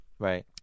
Right